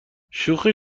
شوخی